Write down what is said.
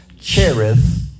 cherith